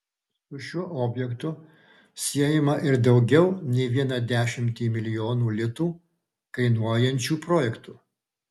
su šiuo objektu siejama ir daugiau ne vieną dešimtį milijonų litų kainuojančių projektų